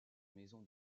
maison